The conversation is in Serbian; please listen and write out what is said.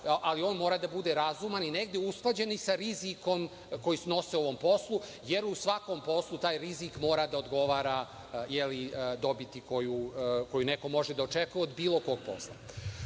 ali on mora da bude razuman i negde usklađen i sa rizikom koji snose u ovom poslu, jer u svakom poslu taj rizik mora da odgovara dobiti koju neko može da očekuje od bilo kog posla. Zatim,